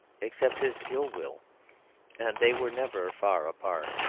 except his ill-will and they were never far apart.